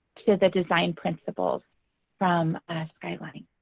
to the design principles from skyline.